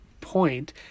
point